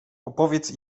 opowiedz